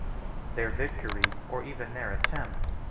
their victory, or even their attempt,